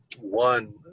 one